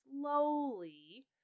slowly